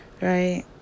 Right